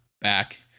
back